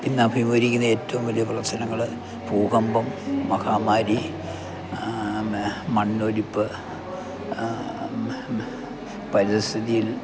ഇന്നഭിമുഖീരിക്കുന്ന ഏറ്റവും വലിയ പ്രളശനങ്ങള് ഭൂകമ്പം മഹാമാരി മെ മണ്ണൊലിപ്പ് പരസ്ഥിതിയിൽ